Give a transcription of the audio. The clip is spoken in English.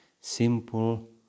simple